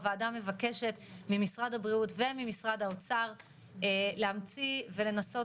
הוועדה מבקשת ממשרד הבריאות וממשרד האוצר להמציא ולנסות